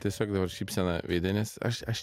tiesiog dabar šypsena veide nes aš aš